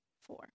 four